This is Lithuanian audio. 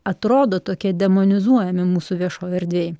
atrodo tokie demonizuojami mūsų viešojoj erdvėj